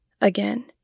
again